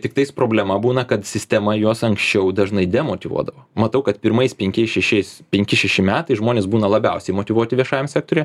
tiktais problema būna kad sistema juos anksčiau dažnai demotyvuodavo matau kad pirmais penkiais šešiais penki šeši metai žmonės būna labiausiai motyvuoti viešajam sektoriuje